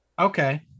Okay